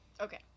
Okay